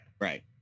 Right